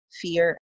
fear